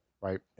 Right